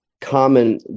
common